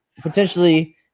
potentially